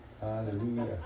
Hallelujah